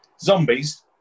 zombies